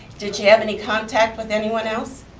did she have any contact with anyone else?